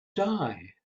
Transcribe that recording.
die